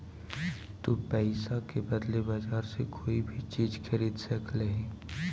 तु पईसा के बदले बजार से कोई भी चीज खरीद सकले हें